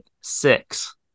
six